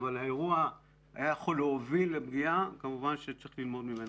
האירוע היה יכול להוביל לפגיעה וכמובן צריך ללמוד ממנו.